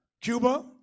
Cuba